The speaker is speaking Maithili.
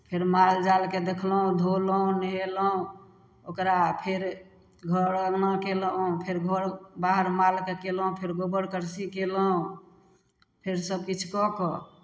फेर माल जालकेँ देखलहुँ धोलहुँ नहयलहुँ ओकरा फेर घर अङ्गना कयलहुँ फेर घर बाहर मालकेँ कयलहुँ फेर गोबर करसी कयलहुँ फेर सभकिछु कऽ कऽ